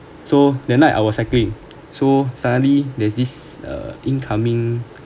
so that night I was cycling so suddenly there's this uh incoming